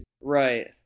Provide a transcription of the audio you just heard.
Right